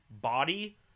body